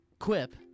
Quip